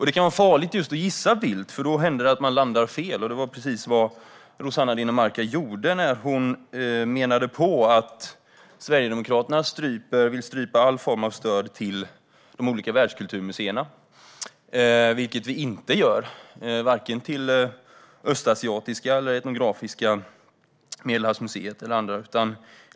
Det kan vara farligt att gissa vilt, för då händer det att man landar fel. Det var precis vad Rossana Dinamarca gjorde när hon menade att Sverigedemokraterna vill strypa all form av stöd till de olika världskulturmuseerna. Det gör vi inte, varken till Östasiatiska, Etnografiska, Medelhavsmuseet eller andra.